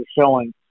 showing